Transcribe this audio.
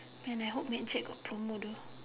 man I hope mad jack got promo though